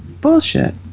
bullshit